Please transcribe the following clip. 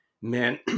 man